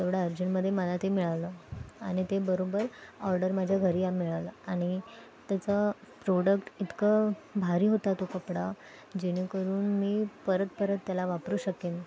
तेवढं अर्जंटमध्ये मला ते मिळालं आणि ते बरोबर ऑर्डर माझ्या घरी या मिळाला आणि त्याचं प्रॉडक्ट इतकं भारी होता तो कपडा जेणेकरून मी परत परत त्याला वापरू शकेन